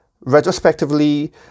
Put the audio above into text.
retrospectively